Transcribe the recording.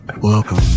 Welcome